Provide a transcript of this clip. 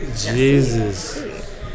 Jesus